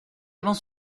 avant